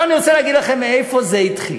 עכשיו אני רוצה להגיד לכם איפה זה התחיל.